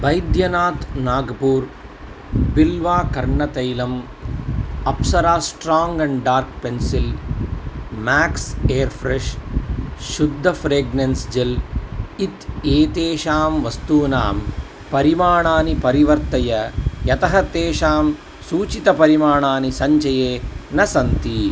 बैद्यनात् नाग्पूर् बिल्वा कर्णतैलम् Apsara strong and dark pencil Max air fresh शुद्धं fragrance gel इति एतेषां वस्तूनां परिमाणानि परिवर्तय यतः तेषां सूचितपरिमाणानि सञ्चये न सन्ति